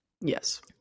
Yes